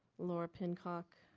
laura pincock?